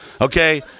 Okay